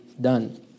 done